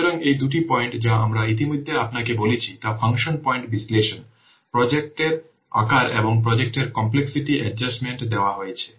সুতরাং এই দুটি পয়েন্ট যা আমরা ইতিমধ্যে আপনাকে বলেছি তা ফাংশন পয়েন্ট বিশ্লেষণ প্রজেক্টের আকার এবং প্রজেক্ট কমপ্লেক্সিটি অ্যাডজাস্টমেন্ট দেওয়া হয়েছে